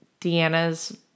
Deanna's